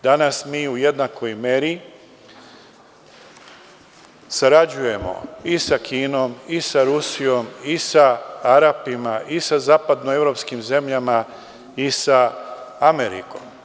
Danas mi u jednakoj meri sarađujemo i sa Kinom i sa Rusijom i sa Arapima i sa zapadnoevropskim zemljama i sa Amerikom.